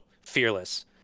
fearless